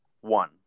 One